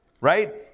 right